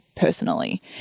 personally